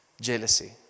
Jealousy